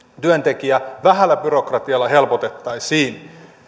työntekijä vähällä byrokratialla helpotettaisiin